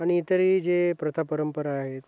आणि इतरही जे प्रथा परंपरा आहेत